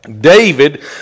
David